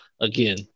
again